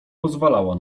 pozwalała